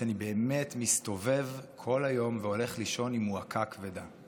שאני באמת מסתובב כל היום והולך לישון עם מועקה כבדה.